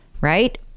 right